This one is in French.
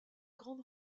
grande